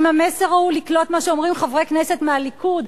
אם המסר הוא לקלוט מה שאומרים חברי כנסת מהליכוד,